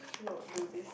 not do this